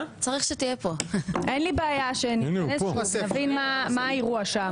אין לי בעיה שנתכנס ונבין מה האירוע שם,